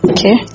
Okay